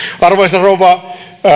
arvoisa rouva